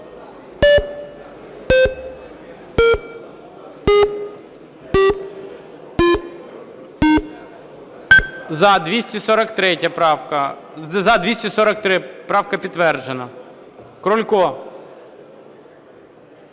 За-243 Правка підтверджена. Крулько.